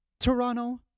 Toronto